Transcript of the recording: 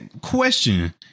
Question